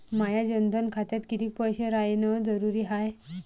माया जनधन खात्यात कितीक पैसे रायन जरुरी हाय?